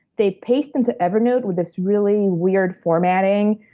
they paste them to evernote with this really weird formatting.